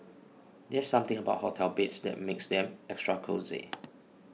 there's something about hotel beds that makes them extra cosy